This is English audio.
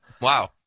Wow